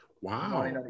Wow